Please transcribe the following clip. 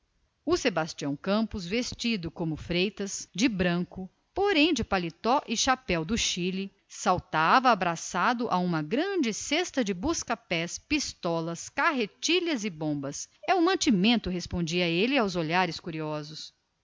o sebastião campos vestido de branco como o freitas porém de paletó e chapéu do chile pulara em terra abraçado a uma grande cesta de busca pés pistolas carretilhas e bombas é o mantimento respondia ele aos olhares curiosos